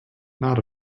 not